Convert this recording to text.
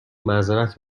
معذرت